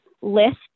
list